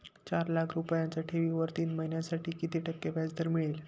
चार लाख रुपयांच्या ठेवीवर तीन महिन्यांसाठी किती टक्के व्याजदर मिळेल?